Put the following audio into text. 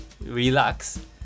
relax